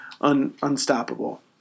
unstoppable